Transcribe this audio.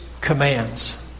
commands